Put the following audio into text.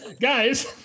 guys